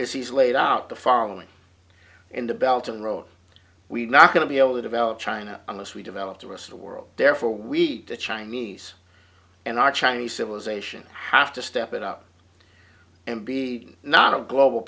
is he's laid out the following in the belt of the road we're not going to be able to develop china on this we develop the rest of the world therefore we the chinese and our chinese civilization have to step it up and be not a global